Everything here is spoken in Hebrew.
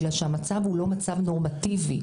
בגלל שהמצב הוא לא מצב נורמטיבי.